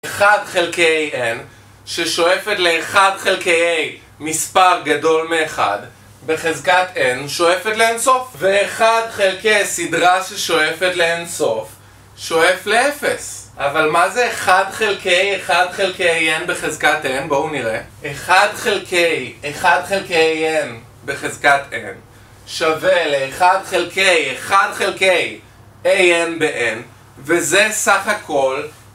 1 חלקי n, ששואפת ל1 חלקי a מספר גדול מאחד, בחזקת n שואפת לאינסוף ואחד חלקי סדרה ששואפת לאינסוף, שואף לאפס. אבל מה זה 1 חלקי 1 חלקי n בחזקת n? בואו נראה. 1 חלקי 1 חלקי n בחזקת n שווה ל1 חלקי 1 חלקי a n בn וזה סך הכל